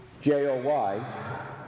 J-O-Y